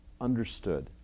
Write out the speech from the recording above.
understood